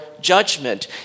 judgment